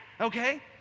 okay